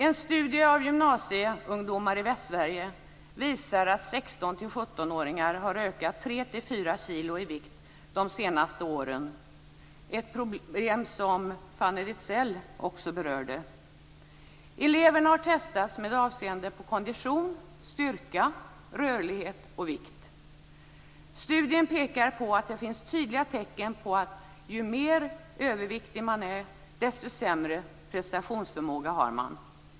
En studie av gymnasieungdomar i Västsverige visar att 16-17-åringarna har ökat 3-4 kilo i vikt de senaste åren. Det problemet berörde också Fanny Rizell. Eleverna har testats med avseende på kondition, styrka, rörlighet och vikt. Studien pekar på att det finns tydliga tecken på att ju mer överviktig man är, desto sämre prestationsförmåga har man.